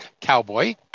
cowboy